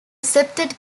accepted